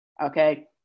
okay